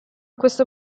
questo